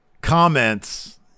comments